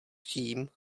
tím